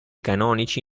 canonici